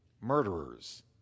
murderers